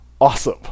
awesome